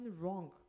wrong